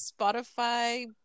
Spotify